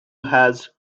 has